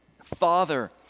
Father